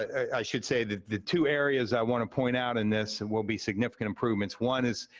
i should say, the the two areas i want to point out in this and will be significant improvements one is,